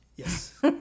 Yes